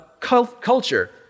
culture